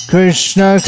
Krishna